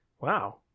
wow